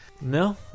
No